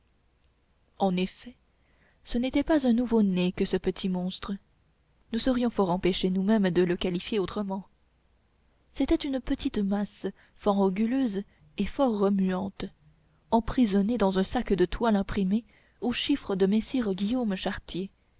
en effet ce n'était pas un nouveau-né que ce petit monstre nous serions fort empêché nous-même de le qualifier autrement c'était une petite masse fort anguleuse et fort remuante emprisonnée dans un sac de toile imprimé au chiffre de messire guillaume chartier